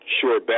sure